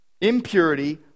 impurity